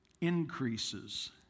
increases